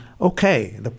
okay